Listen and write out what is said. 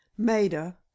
maida